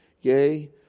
Yea